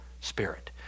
Spirit